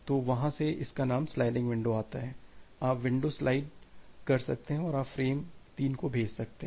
तो वहां से इसका नाम स्लाइडिंग विंडो आता है आप विंडो स्लाइड कर सकते हैं और आप फ्रेम 3 भेज सकते हैं